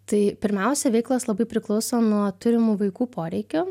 tai pirmiausia veiklos labai priklauso nuo turimų vaikų poreikių